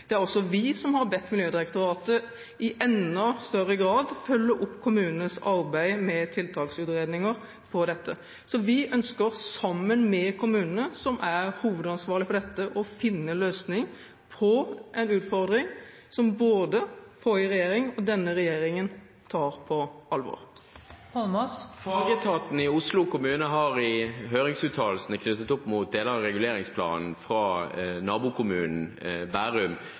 Det er også vi som har bedt Miljødirektoratet i enda større grad følge opp kommunenes arbeid med tiltaksutredninger på dette feltet. Vi ønsker, sammen med kommunene, som er hovedansvarlige for dette, å finne en løsning på en utfordring som både forrige regjering og denne regjeringen tar på alvor. Fagetaten i Oslo kommune har i høringsuttalelsene knyttet opp mot deler av reguleringsplanen fra nabokommunen Bærum,